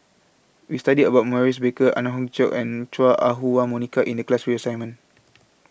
We studied about Maurice Baker Ang Hiong Chiok and Chua Ah Huwa Monica in The class three assignment